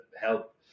help